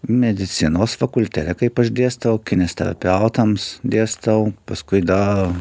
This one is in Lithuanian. medicinos fakultete kaip aš dėstau kineziterapeutams dėstau paskui dar